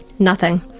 nothing.